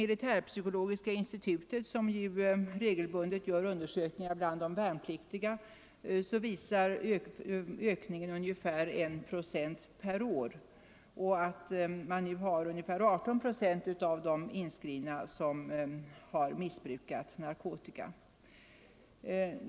Militärpsykologiska institutet, som regelbundet gör undersökningar bland värnpliktiga, redovisar att den ökade användningen av narkotika bland dem uppgår till ungefär 1 procent per år och att vid den senaste undersökningen ungefär 18 procent av de inskrivna har missbrukat narkotika.